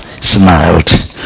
smiled